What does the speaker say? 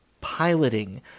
piloting